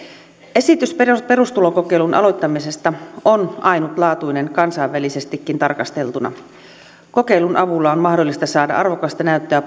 esitys perustulokokeilun aloittamisesta on ainutlaatuinen kansainvälisestikin tarkasteltuna kokeilun avulla on mahdollista saada paitsi arvokasta näyttöä